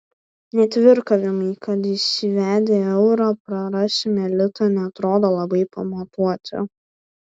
net virkavimai kad įsivedę eurą prarasime litą neatrodo labai pamatuoti